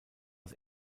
das